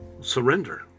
surrender